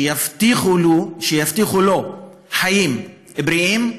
שיבטיחו לו חיים בריאים: